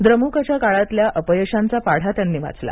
द्रमुकच्या काळातल्या अपयशांचा पाढा त्यांनी वाचला